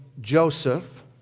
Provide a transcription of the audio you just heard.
Joseph